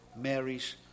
Mary's